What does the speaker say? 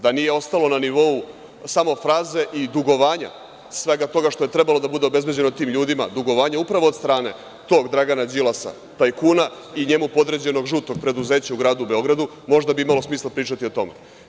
Da nije ostalo na nivou samo fraze i dugovanja svega toga što je trebalo da bude obezbeđeno tim ljudima, dugovanja upravo od strane tog Dragana Đilasa, tajkuna, i njemu podređenog „žutog preduzeća“ u Gradu Beogradu, možda bi imalo smisla pričati o tome.